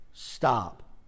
Stop